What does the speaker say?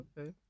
Okay